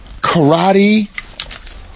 Karate